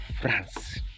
France